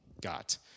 got